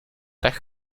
tech